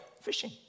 fishing